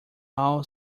all